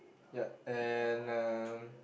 ya and uh